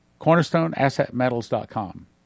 CornerstoneAssetMetals.com